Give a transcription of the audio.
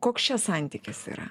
koks čia santykis yra